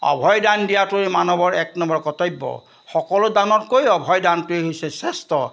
অভয় দান দিয়াটোৱে মানুহৰ এক নম্বৰ কৰ্তব্য সকলো দানতকৈ অভয় দানটোৱেই হৈছে শ্ৰেষ্ঠ